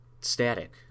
static